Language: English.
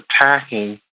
attacking